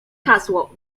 hasło